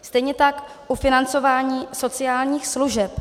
Stejně tak ufinancování sociálních služeb.